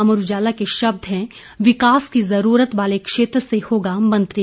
अमर उजाला के शब्द हैं विकास की जरूरत वाले क्षेत्र से होगा मंत्री